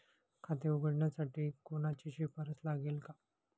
खाते उघडण्यासाठी कोणाची शिफारस लागेल का?